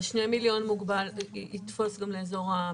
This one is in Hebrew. וה-2 מיליון יתפוס גם לאזור הפריפריה?